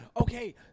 Okay